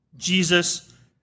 Jesus